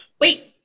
wait